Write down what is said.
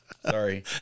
Sorry